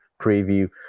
preview